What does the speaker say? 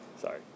Sorry